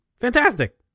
Fantastic